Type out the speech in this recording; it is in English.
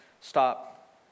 stop